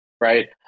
right